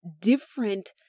different